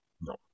No